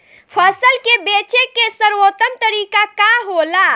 फसल के बेचे के सर्वोत्तम तरीका का होला?